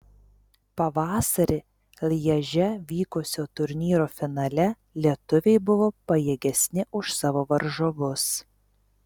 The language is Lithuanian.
pavasarį lježe vykusio turnyro finale lietuviai buvo pajėgesni už savo varžovus